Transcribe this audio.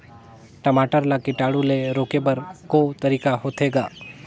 टमाटर ला कीटाणु ले रोके बर को तरीका होथे ग?